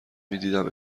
میدیدم